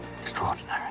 Extraordinary